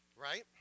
Right